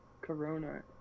corona